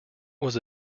was